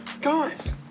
guys